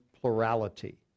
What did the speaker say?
plurality